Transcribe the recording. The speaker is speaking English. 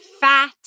fat